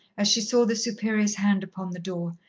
as she saw the superior's hand upon the door.